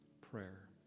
prayer